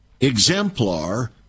exemplar